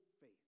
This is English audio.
faith